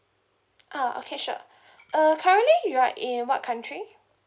oh okay sure uh currently you are in what country